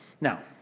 Now